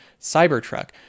Cybertruck